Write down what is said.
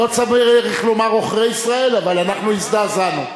לא צריך לומר עוכרי ישראל, אבל אנחנו הזדעזענו.